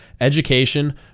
education